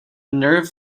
nerve